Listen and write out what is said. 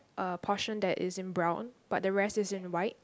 a portion that is in brown but the rest is in white